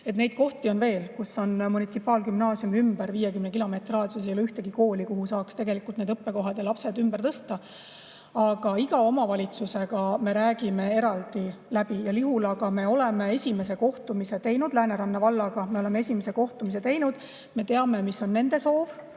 Neid kohti on veel, kus munitsipaalgümnaasiumi ümber 50 kilomeetri raadiuses ei ole ühtegi kooli, kuhu saaks need õppekohad ja lapsed ümber tõsta. Aga iga omavalitsusega me räägime eraldi läbi igal juhul. Lihula teemal me oleme esimese kohtumise teinud, Lääneranna vallaga me oleme esimese kohtumise teinud. Me teame, mis on nende soov,